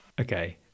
okay